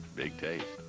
big taste.